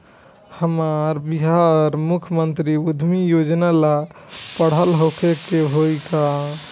हमरा बिहार मुख्यमंत्री उद्यमी योजना ला पढ़ल होखे के होई का?